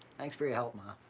thanks for your help, ma.